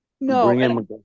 no